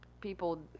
people